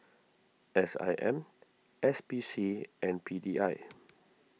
S I M S P C and P D I